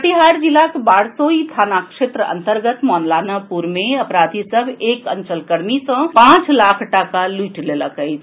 कटिहार जिलाक बारसोई थाना क्षेत्र अंतर्गत मौलनापुर मे अपराधी सभ एक अंचल कर्मी सॅ पांच लाख टाका लूटि लेलक अछि